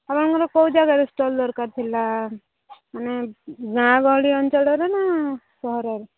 ଆପଣଙ୍କର କେଉଁ ଯାଗାରେ ଷ୍ଟଲ୍ ଦରକାର ଥିଲା ଗାଁ ଗହଳି ଅଞ୍ଚଳର ନାଁ ସହରରେ